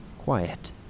Quiet